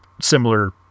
similar